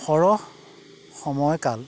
সৰহ সময়কাল